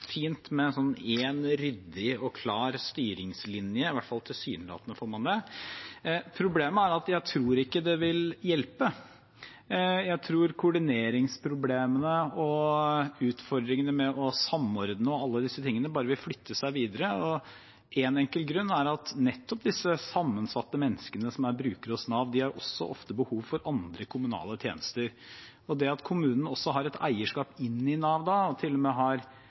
fint med en sånn ryddig og klar styringslinje – i hvert fall tilsynelatende får man det. Problemet er at jeg tror ikke det vil hjelpe. Jeg tror koordineringsproblemet og utfordringene med å samordne og alle disse tingene bare vil flytte seg videre. En enkel grunn er at nettopp disse sammensatte menneskene som er brukere hos Nav, ofte også har behov for andre kommunale tjenester, og at kommunene har et eierskap inn i Nav da, og til og med har